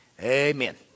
Amen